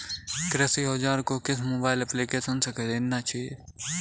कृषि औज़ार को किस मोबाइल एप्पलीकेशन से ख़रीदना चाहिए?